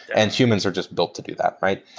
and humans are just built to do that, right?